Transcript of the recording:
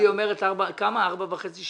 כמה זמן לגבי קיימים?